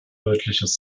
deutliches